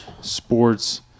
sports